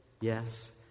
yes